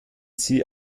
sie